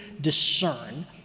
discern